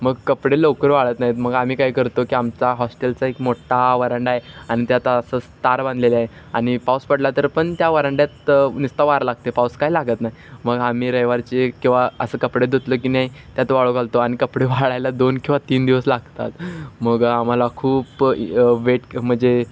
मग कपडे लवकर वाळत नाहीत मग आम्ही काय करतो की आमचा हॉस्टेलचा एक मोठ्ठा व्हरांडा आहे आणि त्यात असं तार बांधलेलं आहे आणि पाऊस पडला तर पण त्या व्हरांड्यात नुसता वारा लागतो पाऊस काही लागत नाही मग आम्ही रविवारचे किंवा असं कपडे धुतलं की नाही त्यात वाळू घालतो आणि कपडे वाळायला दोन किंवा तीन दिवस लागतात मग आम्हाला खूप वेट म्हणजे